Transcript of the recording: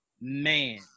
man